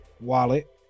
wallet